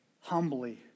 humbly